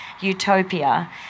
utopia